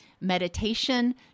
meditation